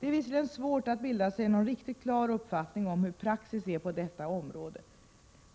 Det är visserligen svårt att bilda sig någon riktigt klar uppfattning om hur praxis är på detta område.